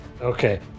Okay